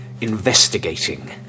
investigating